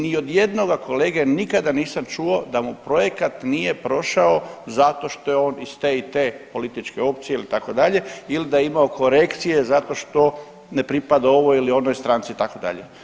Ni od jednoga kolege nikada nisam čuo da mu projekat nije prošao zato što je on iz te i te političke opcije ili itd. ili da je imao korekcije zato što ne pripada ovoj ili onoj stranci itd.